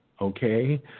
Okay